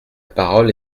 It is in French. parole